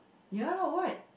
ya lah what